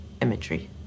imagery